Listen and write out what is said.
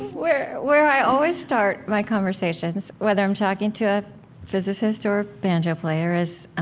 where where i always start my conversation, whether i'm talking to a physicist or a banjo player, is,